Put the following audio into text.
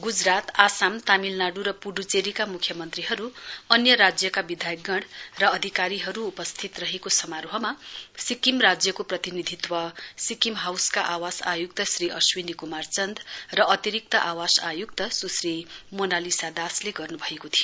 ग्जरात आसाम तमिलनाङ् र प्डेचेरीका म्ख्यमन्त्रीहरू अन्य राज्यका विधायकगण र अधिकारीहरू उपस्थित रहेको समारोहमा सिक्किम राज्यको प्रतिनिधित्व सिक्किम हाउसका आवास आय्क्त श्री अश्विनी क्मार चन्द् र अतिरिक्त आवास आय्क्त स्श्री मोनालिजा दासले गर्न् भएको थियो